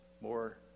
More